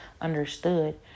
understood